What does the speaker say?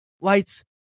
lights